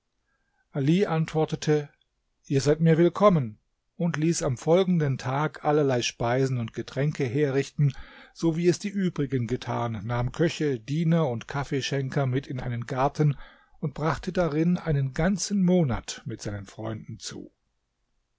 ali antwortete ihr seid mir willkommen und ließ am folgenden tag allerlei speisen und getränke herrichten so wie es die übrigen getan nahm köche diener und kaffeeschenker mit in einen garten und brachte darin einen ganzen monat mit seinen freunden zu